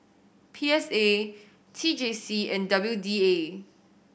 P S A T J C and W D A